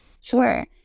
Sure